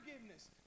forgiveness